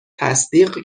تصدیق